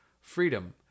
freedom